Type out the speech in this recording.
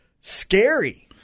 scary